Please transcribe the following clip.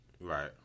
right